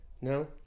No